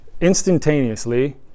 instantaneously